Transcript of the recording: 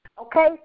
okay